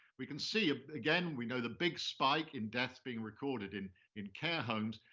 we can see, ah again, we know the big spike in deaths being recorded in in care homes,